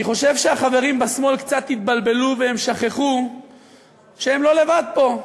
אני חושב שהחברים בשמאל קצת התבלבלו והם שכחו שהם לא לבד פה.